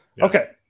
Okay